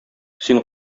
син